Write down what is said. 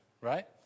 right